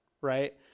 right